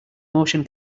motion